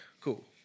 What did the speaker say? cool